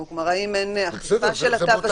כלומר, האם אין אכיפה של התו הסגול?